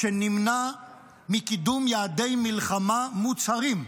שנמנע מקידום יעדי מלחמה מוצהרים,